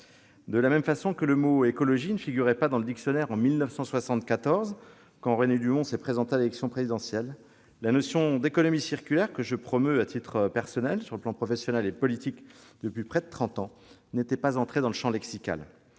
De même que le mot « écologie » ne figurait pas dans le dictionnaire en 1974, quand René Dumont s'est présenté à l'élection présidentielle, la notion d'économie circulaire, que je promeus à titre personnel sur les plans professionnel et politique depuis près de trente ans, n'était pas encore entrée dans le champ lexical